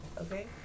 okay